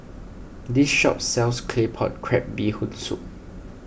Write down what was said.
this shop sells Claypot Crab Bee Hoon Soup